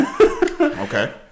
Okay